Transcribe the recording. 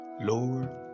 Lord